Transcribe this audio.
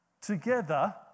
together